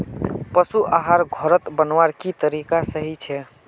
पशु आहार घोरोत बनवार की तरीका सही छे?